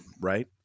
right